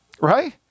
Right